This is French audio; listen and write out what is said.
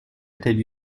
étaient